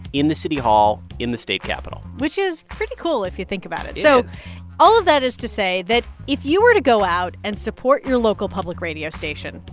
in the city hall, in the state capitol which is pretty cool if you think about it it is so all of that is to say that if you were to go out and support your local public radio station,